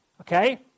Okay